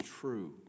true